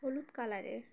হলুদ কালারের